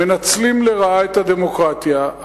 מנצלים לרעה את הדמוקרטיה,